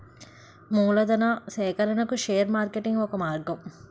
మూలధనా సేకరణకు share marketing ఒక మార్గం